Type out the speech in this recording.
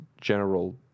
general